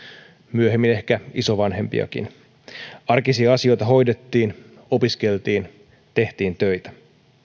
myöhemmin ehkä isovanhempiakin arkisia asioita hoidettiin opiskeltiin tehtiin töitä